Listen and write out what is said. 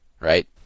right